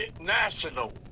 national